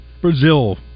Brazil